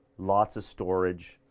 lots of storage.